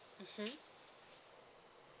mmhmm